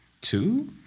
two